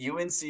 UNC